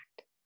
act